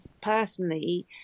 personally